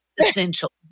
essential